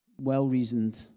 well-reasoned